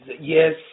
Yes